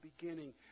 beginning